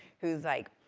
who's like,